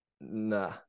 Nah